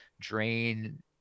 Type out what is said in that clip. drain